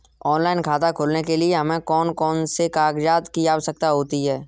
Online खाता खोलने के लिए हमें कौन कौन से कागजात की आवश्यकता होती है?